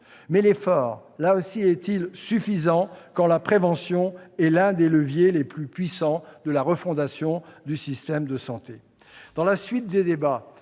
mais l'effort est-il suffisant, quand la prévention est l'un des leviers les plus puissants de refondation du système de santé ?